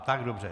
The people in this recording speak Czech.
Tak dobře.